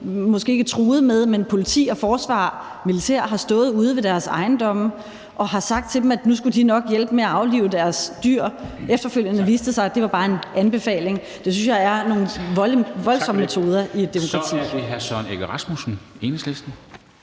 men hvor der har stået politi, forsvar, militær, ude ved deres ejendomme og har sagt til dem, at nu skulle de nok hjælpe med at aflive deres dyr. Efterfølgende viste det sig, at det bare var en anbefaling. Det synes jeg er nogle voldsomme metoder i et demokrati. Kl. 16:44 Formanden (Henrik